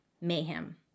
mayhem